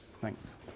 Thanks